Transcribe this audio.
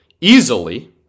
easily